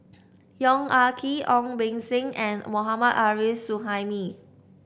Yong Ah Kee Ong Beng Seng and Mohammad Arif Suhaimi